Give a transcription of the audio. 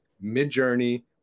mid-journey